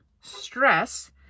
stress